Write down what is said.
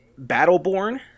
Battleborn